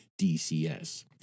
DCS